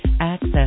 Access